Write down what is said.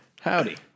Howdy